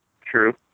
true